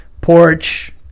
porch